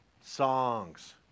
Songs